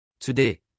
Today